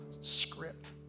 script